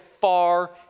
far